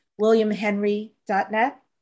williamhenry.net